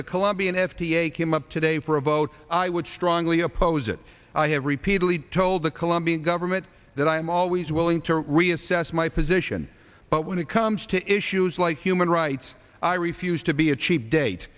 the colombian f d a came up today for a vote i would strongly oppose it i have repeatedly told the colombian government that i am always willing to reassess my position but when it comes to issues like human rights i refuse to be a cheap date